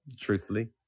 truthfully